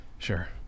Sure